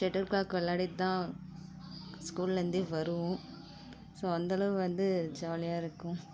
shuttle Garg விளாடிட்டு தான் ஸ்கூலேருந்தே வருவோம் ஸோ அந்தளவு வந்து ஜாலியாக இருக்கும்